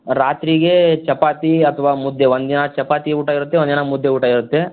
ರಾತ್ರಿಗೆ ಚಪಾತಿ ಅಥವಾ ಮುದ್ದೆ ಒಂದಿನ ಚಪಾತಿ ಊಟ ಇರುತ್ತೆ ಒಂದಿನ ಮುದ್ದೆ ಊಟ ಇರುತ್ತೆ